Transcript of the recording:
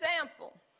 example